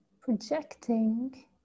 projecting